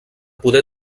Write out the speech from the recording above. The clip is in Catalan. poder